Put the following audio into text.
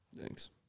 Thanks